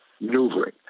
maneuvering